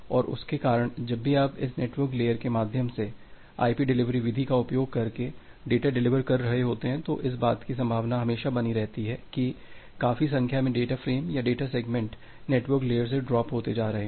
और उसके कारण जब भी आप इस नेटवर्क लेयर के माध्यम से IP डिलीवरी विधि का उपयोग करके डेटा डिलीवर कर रहे होते हैं तो इस बात की संभावना हमेशा बनी रहती है कि काफी संख्या में डेटा फ्रेम या डेटा सेगमेंट नेटवर्क लेयर से ड्राप होते जा रहे हैं